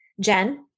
Jen